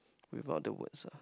without the words ah